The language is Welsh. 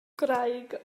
gwraig